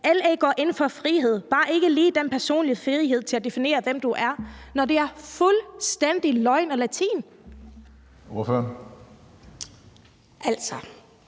LA går ind for frihed, bare ikke lige den personlige frihed til at definere, hvem du er, når det er fuldstændig løgn og latin? Kl.